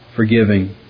Forgiving